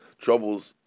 troubles